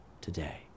today